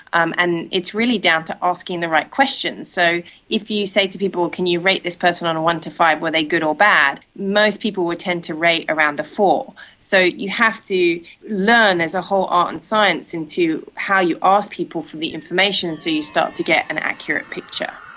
um and it's really down to asking the right questions. so if you say to people, can you rate this person on a one to five, were they good or bad most people will tend to rate around a four. so you have to learn, there's a whole art and science into how you ask people for the information and so you you start to get an accurate picture.